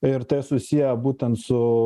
ir tai susiję būtent su